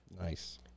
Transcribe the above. Nice